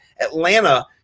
Atlanta